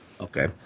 Okay